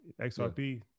XRP